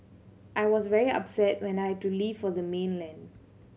I was very upset when I had to leave for the mainland